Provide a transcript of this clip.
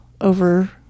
over